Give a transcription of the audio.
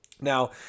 Now